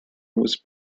was